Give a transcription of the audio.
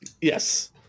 yes